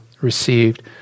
received